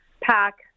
pack